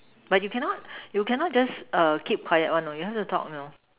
but you cannot you cannot just keep quiet one you know you have to talk you know